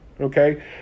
Okay